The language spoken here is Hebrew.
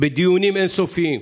בדיונים אין-סופיים,